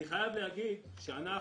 אני חייב לומר שאנחנו,